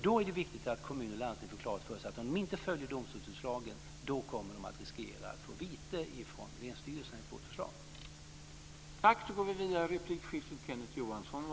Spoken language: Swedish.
Det är då viktigt att kommuner och landsting får klart för sig att vårt förslag innebär att de, om de inte följer domstolsutslagen, kommer att riskera att få betala vite till länsstyrelserna.